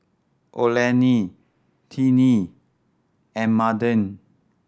Olene Tinie and Madden